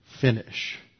finish